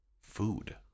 food